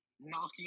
knocking